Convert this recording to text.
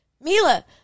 Mila